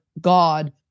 God